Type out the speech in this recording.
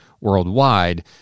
worldwide